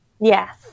yes